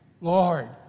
Lord